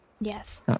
Yes